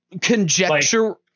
conjecture